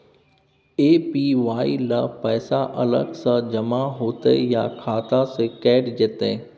APY ल पैसा अलग स जमा होतै या खाता स कैट जेतै?